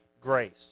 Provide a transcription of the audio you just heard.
grace